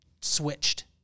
switched